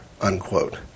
unquote